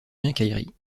quincaillerie